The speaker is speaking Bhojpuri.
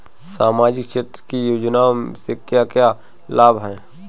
सामाजिक क्षेत्र की योजनाएं से क्या क्या लाभ है?